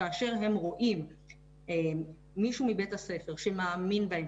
כאשר הם רואים מישהו מבית הספר שמאמין בהם,